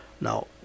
Now